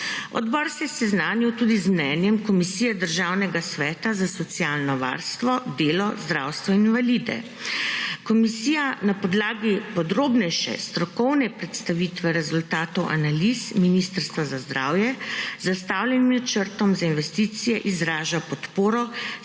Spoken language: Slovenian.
Odbor se je seznanil tudi z mnenjem Komisije Državnega sveta za socialno varstvo, delo, zdravstvo in invalide. Komisija na podlagi podrobnejše strokovne predstavitve rezultatov analiz Ministrstva za zdravje zastavljenim načrtom za investicije izraža podporo,